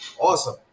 Awesome